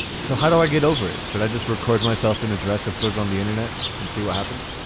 so how do i get over it? should i just record myself in a dress and put it on the internet and see what happens?